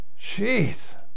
Jeez